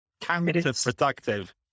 counterproductive